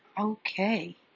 okay